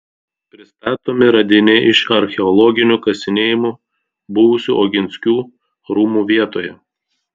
pristatomi radiniai iš archeologinių kasinėjimų buvusių oginskių rūmų vietoje